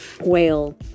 Whale